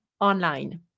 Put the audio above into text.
online